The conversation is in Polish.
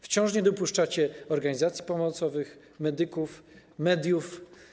Wciąż nie dopuszczacie organizacji pomocowych, medyków, mediów.